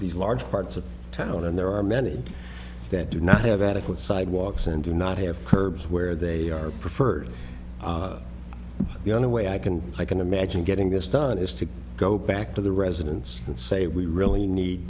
these large parts of town and there are many that do not have adequate sidewalks and do not have curbs where they are preferred the only way i can i can imagine getting this done is to go back to the residents and say we really need